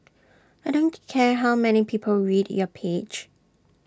I don't care how many people read your page